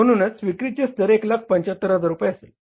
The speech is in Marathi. म्हणून विक्रीचे स्तर 175000 रुपये असेल